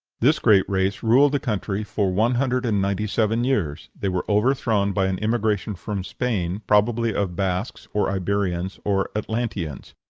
this great race ruled the country for one hundred and ninety-seven years they were overthrown by an immigration from spain, probably of basques, or iberians, or atlanteans,